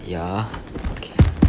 ya